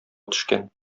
төшкән